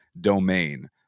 domain